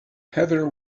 heather